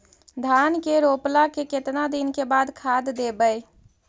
धान के रोपला के केतना दिन के बाद खाद देबै?